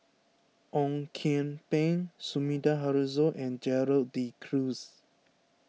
Ong Kian Peng Sumida Haruzo and Gerald De Cruz